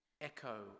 echo